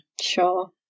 Sure